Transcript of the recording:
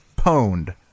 pwned